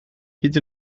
hyd